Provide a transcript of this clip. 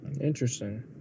Interesting